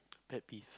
pet peeve